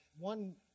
One